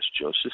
Joseph